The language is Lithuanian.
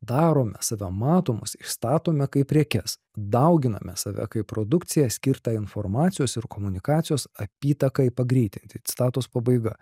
darome save matomus išstatome kaip prekes dauginame save kaip produkciją skirtą informacijos ir komunikacijos apytakai ir pagreitinti citatos pabaiga